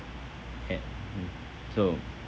and so